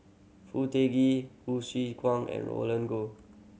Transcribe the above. Foo Tee Hsu Tse Kwang and Roland Goh